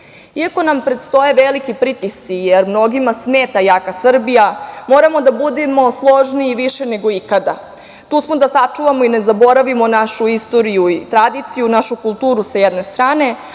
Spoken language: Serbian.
nam predstoje veliki pritisci jer mnogima smeta jaka Srbija, moramo da budemo složniji više nego ikada. Tu smo da sačuvamo i da ne zaboravimo našu istoriju i tradiciju, našu kulturu sa jedne strane,